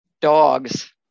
Dogs